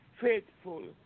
faithful